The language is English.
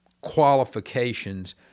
qualifications